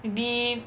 maybe